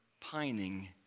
pining